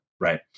Right